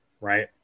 right